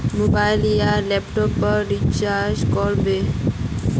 Mobile या laptop पेर recharge कर बो?